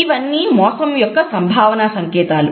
ఇవి అన్ని మోసం యొక్క సంభావన సంకేతాలు